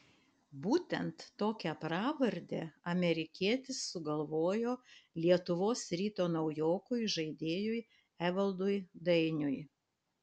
būtent tokią pravardę amerikietis sugalvojo lietuvos ryto naujokui įžaidėjui evaldui dainiui